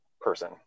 person